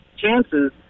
chances